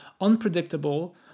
unpredictable